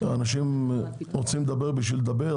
אנשים רוצים לדבר בשביל לדבר,